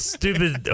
stupid